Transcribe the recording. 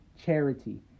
charity